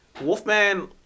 Wolfman